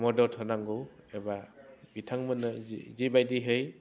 मदद होनांगौ एबा बिथांमोनो जि बायदियै